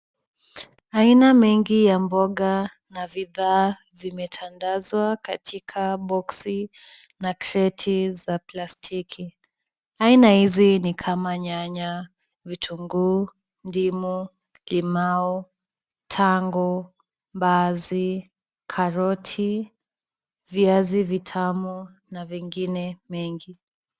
Aina mengi ya mboga na bidhaa vimetandazwa katika boksi na kreti za plastiki. Aina hizi ni kama; nyanya, vitunguu, ndimu, limau, tango, mbaazi, karoti, viazi vitamu na vingine mengi.